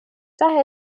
daher